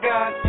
God